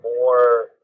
more